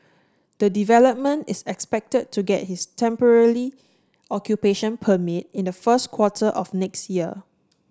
the development is expected to get its temporary occupation permit in the first quarter of next year